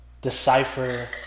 decipher